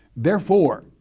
therefore,